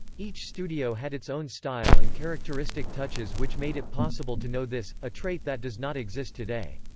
each studio had its own style and characteristic touches which made it possible to know this a trait that does not exist today.